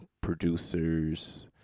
producers